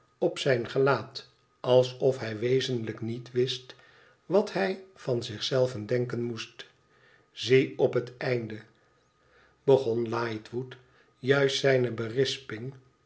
op zijn gelaat alsof hij wezenlijk niet wist wat hij van zich zelven denken moest zie op het einde begon lightwood juist zijne berisping